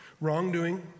wrongdoing